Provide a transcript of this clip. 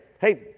Hey